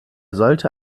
sollte